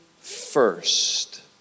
first